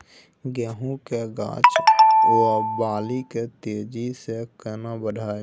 गेहूं के गाछ ओ बाली के तेजी से केना बढ़ाइब?